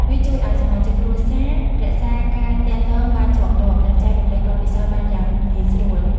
វាជួយឲ្យសមាជិកគ្រួសាររក្សាការទាក់ទងបានជាប់លាប់ និងចែករំលែកបទពិសោធន៍បានយ៉ាងងាយស្រួល។